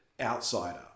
outsider